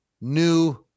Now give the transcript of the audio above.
new